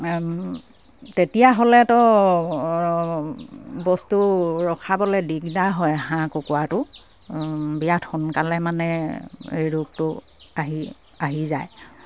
তেতিয়াহ'লেতো বস্তু ৰখাবলে দিগদাৰ হয় হাঁহ কুকুৰাটো বিৰাত সোনকালে মানে এই ৰোগটো আহি আহি যায়